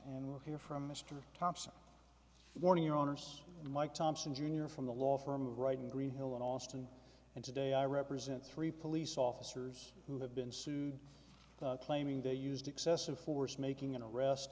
we'll hear from mr thompson warning your owners mike thompson jr from the law firm of right and green hill in austin and today i represent three police officers who have been sued claiming they used excessive force making an arrest